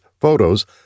photos